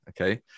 okay